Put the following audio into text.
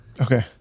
Okay